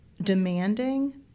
demanding